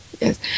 Yes